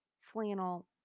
flannel